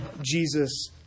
Jesus